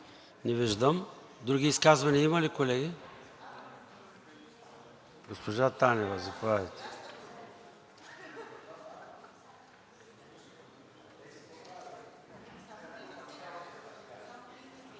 Не виждам. Други изказвания има ли, колеги? Госпожо Танева, заповядайте.